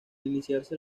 iniciarse